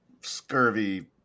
scurvy